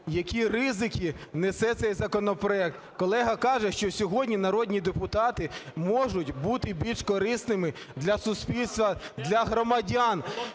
які ризики несе цей законопроект. Колега каже, що сьогодні народні депутати можуть бути більш корисними для суспільства, для громадян.